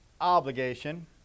obligation